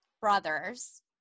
brothers –